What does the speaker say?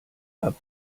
habt